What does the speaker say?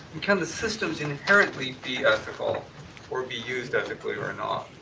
can the systems inherently be ethical or be used ethically or not?